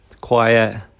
quiet